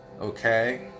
Okay